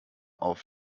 auf